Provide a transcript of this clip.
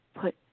put